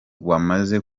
wamaze